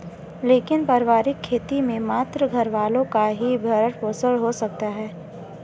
लेकिन पारिवारिक खेती से मात्र घरवालों का ही भरण पोषण हो सकता है